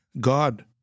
God